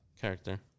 Character